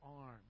arm